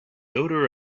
odor